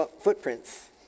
footprints